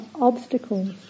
obstacles